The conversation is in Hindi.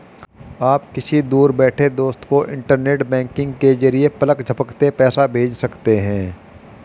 आप किसी दूर बैठे दोस्त को इन्टरनेट बैंकिंग के जरिये पलक झपकते पैसा भेज सकते हैं